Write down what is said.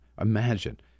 Imagine